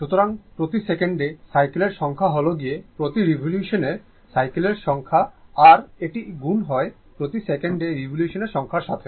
সুতরাং প্রতি সেকেন্ডে সাইকেলের সংখ্যা হল গিয়ে প্রতি রিভলিউশনে সাইকেলের সংখ্যা আর এটি গুণ হয় প্রতি সেকেন্ডে রিভলিউশনের সংখ্যার সাথে